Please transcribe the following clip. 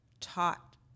taught